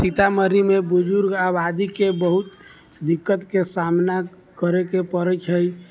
सीतामढ़ीमे बुजुर्ग आबादीके बहुत दिक्कतके सामना करै के पड़ै छै